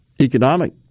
economic